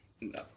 No